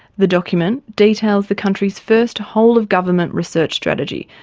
the document details the country's first whole-of-government research strategy,